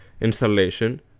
installation